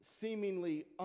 seemingly